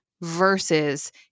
versus